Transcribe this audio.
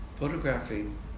Photographing